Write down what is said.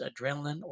adrenaline